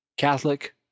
Catholic